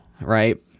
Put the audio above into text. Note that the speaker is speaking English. right